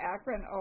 Akron